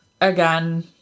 again